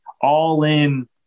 all-in